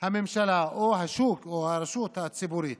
הממשלה או השוק או הרשות הציבורית.